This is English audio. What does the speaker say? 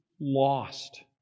lost